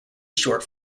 short